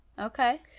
Okay